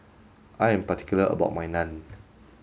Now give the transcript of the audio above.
I am particular about my Naan